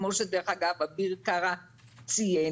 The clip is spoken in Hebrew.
כמו שדרך אגב אביר קארה ציין,